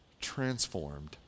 transformed